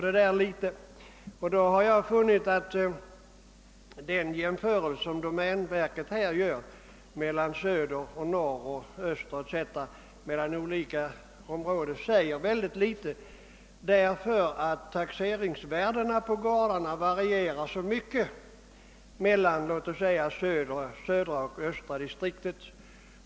Därvid har jag funnit att den jämförelse som domänverket gör mellan olika områden i söder, norr och öster säger väldigt litet. Taxeringsvärdena på gårdarna varierar nämligen mycket mellan ex. södra och östra distrikten.